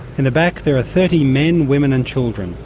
in the back there are thirty men, women and children,